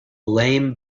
lame